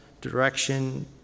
direction